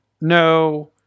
no